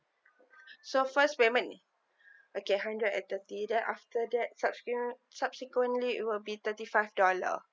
so first payment okay hundred and thirty then after that subsequen~ subsequently it will be thirty five dollar